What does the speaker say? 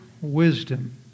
wisdom